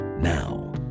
Now